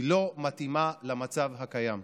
היא לא מתאימה למצב הקיים.